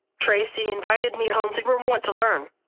tracy invited me home to vermont to learn.